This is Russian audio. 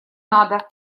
надо